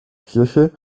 kirche